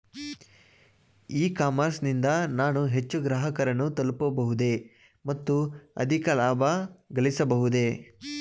E commerce ನಿಂದ ನಾನು ಹೆಚ್ಚು ಗ್ರಾಹಕರನ್ನು ತಲುಪಬಹುದೇ ಮತ್ತು ಅಧಿಕ ಲಾಭಗಳಿಸಬಹುದೇ?